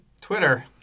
Twitter